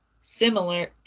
similar